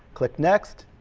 click next,